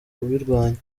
kubirwanya